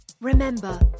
Remember